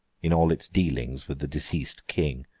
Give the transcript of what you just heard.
in all its dealings with the deceased king,